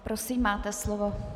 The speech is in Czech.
Prosím, máte slovo.